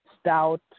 Stout